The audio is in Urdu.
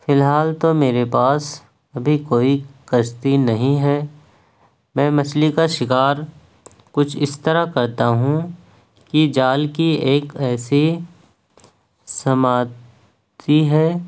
فی الحال تو میرے پاس ابھی کوئی کشتی نہیں ہے میں مچھلی کا شکار کچھ اس طرح کرتا ہوں کہ جال کی ایک ایسی ہے